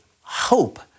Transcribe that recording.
hope